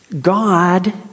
God